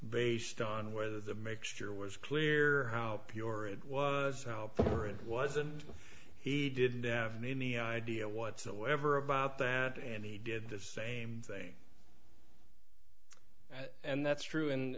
ased on whether the mixture was clear how pure it was or it wasn't he didn't have any idea whatsoever about that and he did the same thing and that's true in